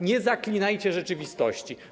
Nie zaklinajcie rzeczywistości.